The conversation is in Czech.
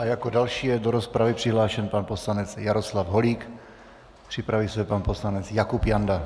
A jako další je do rozpravy přihlášen pan poslanec Jaroslav Holík, připraví se pan poslanec Jakub Janda.